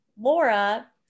Laura